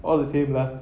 all the same lah